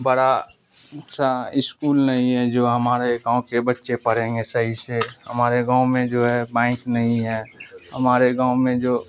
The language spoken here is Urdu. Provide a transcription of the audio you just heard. بڑا سا اسکول نہیں ہے جو ہمارے گاؤں کے بچے پڑھیں گے صحیح سے ہمارے گاؤں میں جو ہے بینک نہیں ہے ہمارے گاؤں میں جو